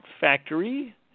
Factory